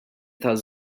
taż